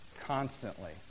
constantly